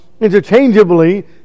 interchangeably